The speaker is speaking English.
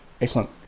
Excellent